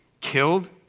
killed